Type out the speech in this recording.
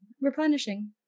replenishing